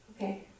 Okay